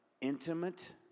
intimate